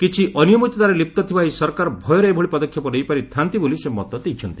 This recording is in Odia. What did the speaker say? କିଛି ଅନିୟମିତତାରେ ଲିପ୍ତ ଥିବା ଏହି ସରକାର ଭୟରେ ଏଭଳି ପଦକ୍ଷେପ ନେଇପାରି ଥା'ନ୍ତି ବୋଲି ସେ ମତ ଦେଇଛନ୍ତି